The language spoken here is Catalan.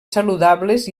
saludables